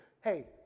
Hey